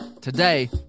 today